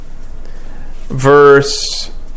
verse